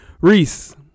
Reese